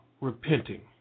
repenting